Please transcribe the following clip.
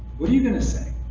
what are you going to say?